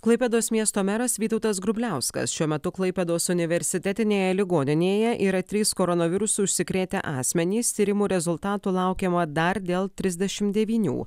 klaipėdos miesto meras vytautas grubliauskas šiuo metu klaipėdos universitetinėje ligoninėje yra trys koronavirusu užsikrėtę asmenys tyrimų rezultatų laukiama dar dėl trisdešimt devynių